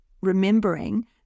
Remembering